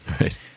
Right